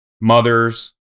mothers